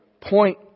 point